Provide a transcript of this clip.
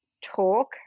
talk